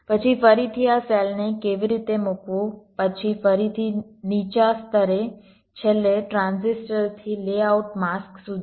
પછી ફરીથી આ સેલને કેવી રીતે મૂકવું પછી ફરીથી નીચા સ્તરે છેલ્લે ટ્રાન્ઝિસ્ટરથી લેઆઉટ માસ્ક સુધી